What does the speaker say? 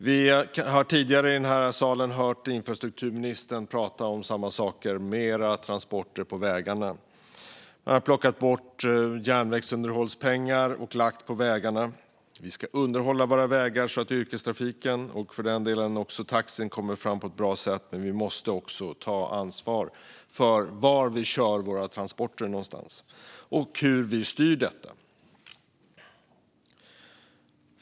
Vi har tidigare i den här salen hört infrastrukturministern prata om samma sak - att det ska vara mer transporter på vägarna. Man har plockat bort järnvägsunderhållspengar och lagt dem på vägarna. Vägarna ska underhållas så att yrkestrafik och för den delen även taxi kommer fram på ett bra sätt, men man måste också ta ansvar för var transporterna körs och hur detta styrs.